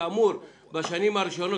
שאמור בשנים הראשונות,